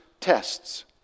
tests